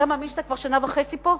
אתה מאמין שאתה כבר שנה וחצי פה?